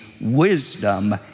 wisdom